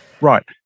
Right